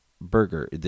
burger